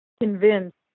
convinced